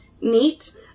neat